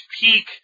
peak